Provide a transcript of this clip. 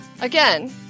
Again